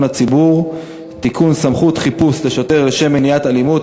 הציבור (תיקון) (סמכות חיפוש לשוטר לשם מניעת אלימות),